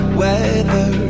weather